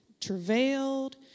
travailed